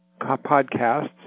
podcasts